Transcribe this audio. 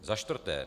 Za čtvrté.